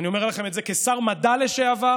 אני אומר לכם את זה כשר המדע לשעבר.